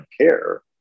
care